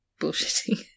bullshitting